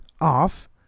off